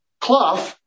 Clough